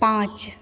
पाँच